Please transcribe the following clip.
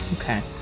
Okay